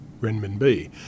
renminbi